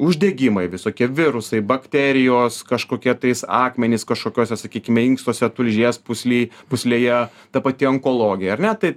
uždegimai visokie virusai bakterijos kažkokie tais akmenys kažkokiose sakykime inkstuose tulžies pūslėj pūslėje ta pati onkologija ar ne tai